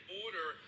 order